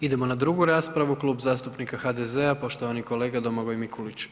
Idemo na drugu raspravu Klub zastupnika HDZ-a, poštovani kolega Domagoj Mikulić.